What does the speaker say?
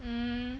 um